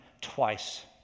twice